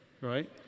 right